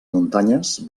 muntanyes